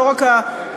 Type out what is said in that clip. לא רק הדתי,